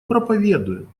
проповедуем